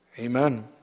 Amen